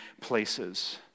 places